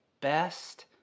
best